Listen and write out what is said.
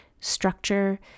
structure